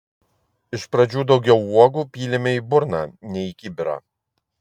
iš pradžių daugiau uogų pylėme į burną nei į kibirą